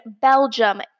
Belgium